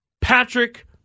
Patrick